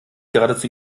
geradezu